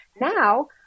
Now